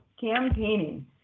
campaigning